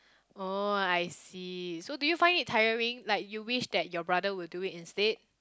oh I see so do you find it tiring like you wish that your brother would do it instead